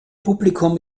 publikum